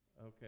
Okay